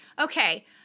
okay